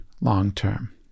long-term